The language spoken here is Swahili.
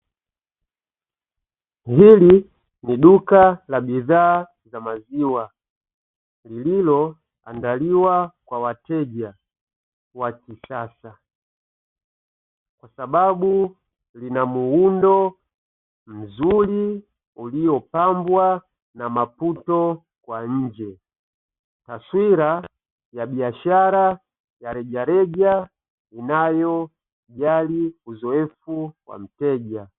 Hili ni duka la bidhaa ya maziwa lililoandaliwa kwa wateja wa kisasa kwa sababu linamuundo mzuri uliopambwa na maputo kwa nje, taswira ya biashara ya rejareja inayojali uzoefu wa mteja.